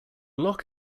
loch